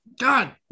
God